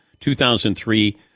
2003